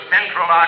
Central